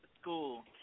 school